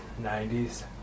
90s